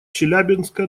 челябинска